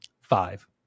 five